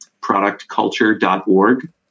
productculture.org